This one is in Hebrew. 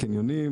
קניונים,